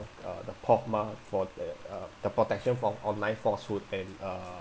uh the P_O_F_M_A for the uh the protection from online falsehood and uh